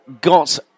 got